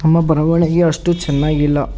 ನಮ್ಮ ಬರವಣಿಗೆ ಅಷ್ಟು ಚೆನ್ನಾಗಿಲ್ಲ